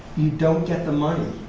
you don't get the money,